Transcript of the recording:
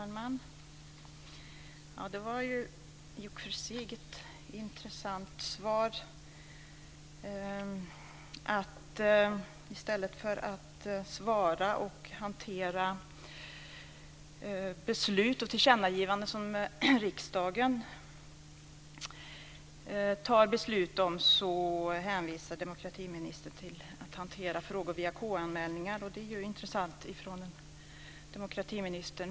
Fru talman! Det var ju i och för sig ett intressant svar. I stället för att svara, och hantera beslut och tillkännagivanden från riksdagen så hänvisar demokratiministern till att man ska hantera frågor via KU anmälningar. Det är intressant att höra det från demokratiministern.